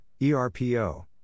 ERPO